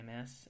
MS